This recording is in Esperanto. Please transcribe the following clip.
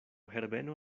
herbeno